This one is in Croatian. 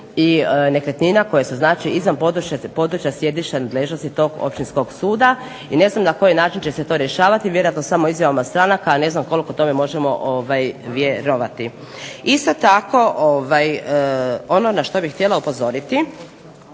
nekretnina koje su znači izvan područja sjedišta nadležnosti tog Općinskog suda i ne znam na koji način će se to rješavati. Vjerojatno samo izjavama stranaka, a ne znam koliko tome možemo vjerovati. Isto tako ono na što bih htjela upozoriti